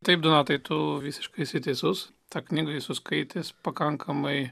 taip donatai tu visiškai teisus tą knygą esu skaitęs pakankamai